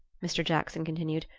mr. jackson continued,